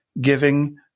giving